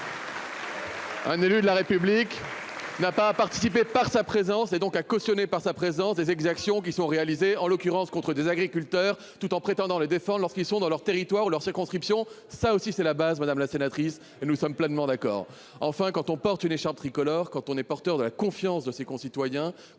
Un élu de la République n'a pas participé. Par sa présence et donc a cautionné par sa présence des exactions qui sont réalisés en l'occurrence contre des agriculteurs tout en prétendant les défend lorsqu'ils sont dans leur territoire, leur circonscription, ça aussi c'est la base, madame la sénatrice et nous sommes pleinement d'accord enfin quand on porte une écharpe tricolore. Quand on est porteur de la confiance de ses concitoyens